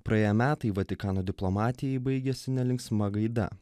praėję metai vatikano diplomatijai baigėsi nelinksma gaida